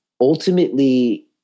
ultimately